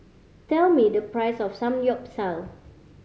tell me the price of Samgyeopsal